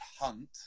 hunt